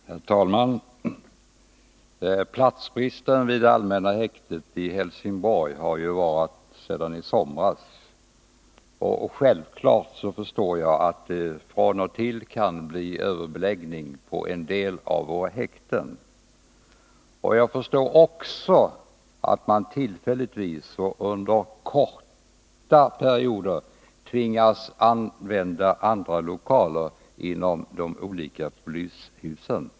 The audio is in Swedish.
Herr talman! Platsbristen vid allmänna häktet i Helsingborg har varat sedan i somras. Självfallet förstår jag att det från och till kan bli överbeläggning på en del av våra häkten. Jag förstår också att man tillfälligtvis — och då under korta perioder — tvingas använda andra lokaler i de olika polishusen.